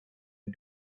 who